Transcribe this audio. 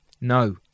No